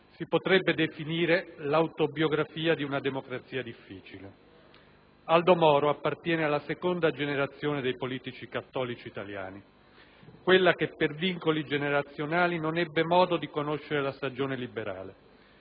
si potrebbe definire l'autobiografia di una democrazia difficile. Aldo Moro appartiene alla seconda generazione dei politici cattolici italiani, quella che, per vincoli generazionali, non ebbe modo di conoscere la stagione liberale.